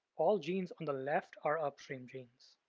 all genes on the left are upstream genes.